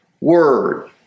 word